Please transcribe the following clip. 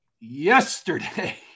yesterday